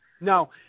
No